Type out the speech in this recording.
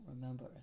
remember